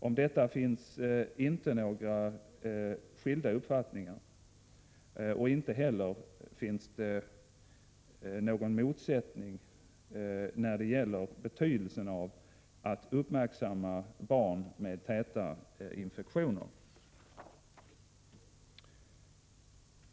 Om detta finns inte några skilda uppfattningar, och inte heller finns det någon motsättning när det gäller betydelsen av att vara uppmärksam på barn med täta infektioner.